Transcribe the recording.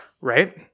Right